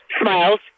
smiles